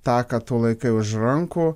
tą ką tu laikai už rankų